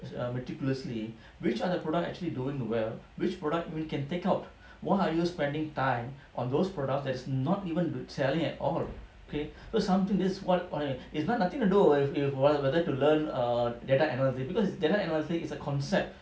meticulously which are the product actually doing well which product we can take out why are you spending time on those products that is not even selling at all okay so something this what I mean is not nothing to do with whether you learn err data analytics because data analytics is a concept